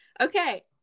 Okay